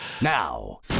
Now